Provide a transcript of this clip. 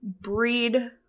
Breed